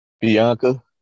Bianca